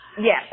Yes